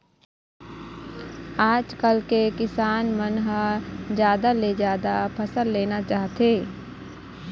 आजकाल के किसान मन ह जादा ले जादा फसल लेना चाहथे